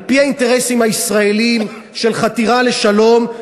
על-פי האינטרסים הישראליים של חתירה לשלום,